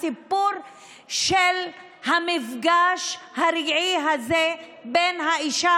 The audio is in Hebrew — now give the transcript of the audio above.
הסיפור של המפגש הרגעי הזה בין האישה